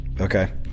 Okay